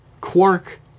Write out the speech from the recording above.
Quark